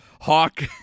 Hawk